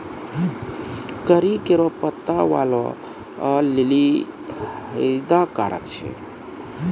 करी केरो पत्ता बालो लेलि फैदा कारक छै